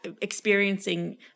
experiencing